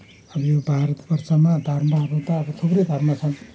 यो भारतवर्षमा धर्महरू त अब थुप्रै धर्म छन्